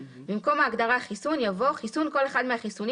"(2) במקום ההגדרה "חיסון" יבוא: ""חיסון" - כל אחד מהחיסונים